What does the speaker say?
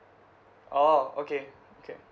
orh okay okay